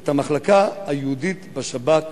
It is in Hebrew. את המחלקה היהודית בשב"כ,